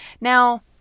Now